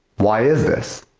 why is this?